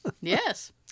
Yes